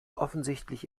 offensichtlich